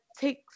take